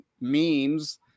memes